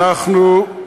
לרגלי או לעיני?